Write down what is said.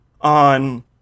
on